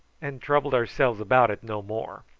and troubled ourselves about it no more.